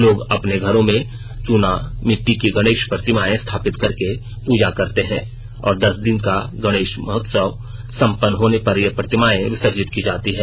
लोग अपने घरोँ में चूना मिट्टी की गणेश प्रतिमाएं स्थापित करके पूजा करते हैं और दस दिन का गणेश उत्सव सम्पन्न होने पर ये प्रतिमाएं विसर्जित की जाती हैं